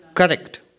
correct